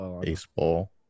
Baseball